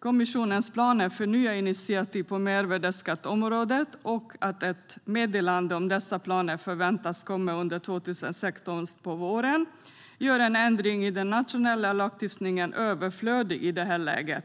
Kommissionens planer för nya initiativ på mervärdesskatteområdet och att ett meddelande om dessa planer förväntas komma under 2016 på våren gör en ändring i den nationella lagstiftningen överflödig i det här läget.